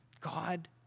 God